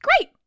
Great